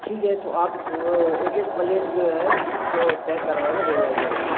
ठीक है तो आप एक एक पलेट जो है इसको पैक करवा के भेजवाइएगा